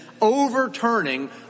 overturning